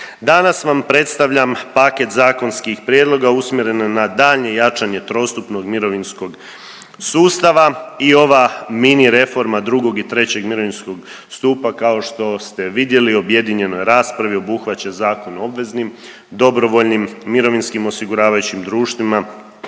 Danas vam predstavljam paket zakonskih prijedlog usmjerene na daljnje jačanje trostupnog mirovinskog sustava i ova mini reforma drugog i trećeg mirovinskog stupa kao što ste vidjeli u objedinjenoj raspravi obuhvaća zakon o obveznim, dobrovoljnim mirovinskim osiguravajućim društvima